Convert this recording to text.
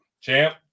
champ